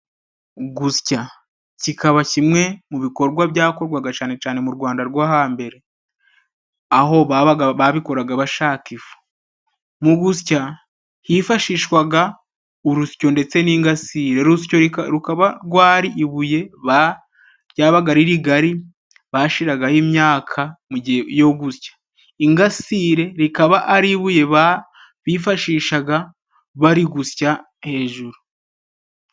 Gusya. Kikaba kimwe mu bikorwa byakorwaga cyane cyane mu Rwanda rwo hambere. Aho babaga babikoraga bashaka ifu. Mu gusya, hifashishwaga urusyo ndetse n'ingasire. Urusyo rukaba rwari ibuye ryabaga ari rigali bashiragaho imyaka mugiye gusya. Ingasire rikaba ari ibuye bifashishaga bari gusya hejuru.